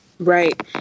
Right